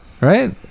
Right